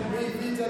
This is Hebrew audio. מי הביא את זה,